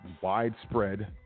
widespread